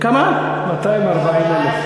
200,000 ברוטו.